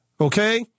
Okay